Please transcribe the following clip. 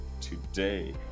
today